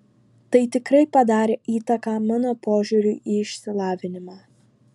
tai tikrai padarė įtaką mano požiūriui į išsilavinimą